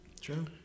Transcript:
True